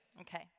Okay